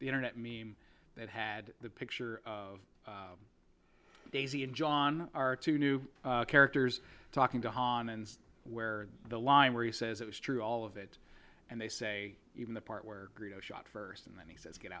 the internet meme that had the picture of daisy and john are two new characters talking to han and where the line where he says it was true all of it and they say even the part where shot first and then he says get